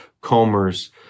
Comer's